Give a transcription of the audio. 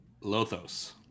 Lothos